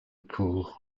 pool